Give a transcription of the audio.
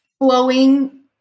flowing